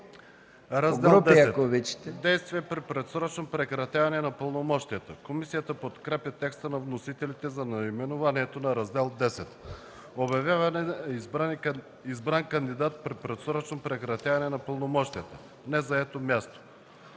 „Раздел X – Действия при предсрочно прекратяване на пълномощията”. Комисията подкрепя текста на вносителите за наименованието на Раздел X. „Обявяване на избран кандидат при предсрочно прекратяване на пълномощията. Незаето място.”